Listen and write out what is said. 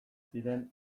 ziren